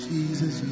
Jesus